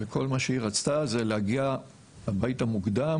וכל מה שהיא רצתה זה להגיע הביתה מוקדם